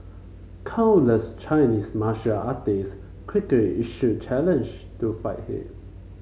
countless Chinese martial artist quickly issued challenge to fight him